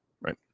right